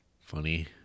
funny